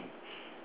yes